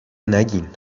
نگین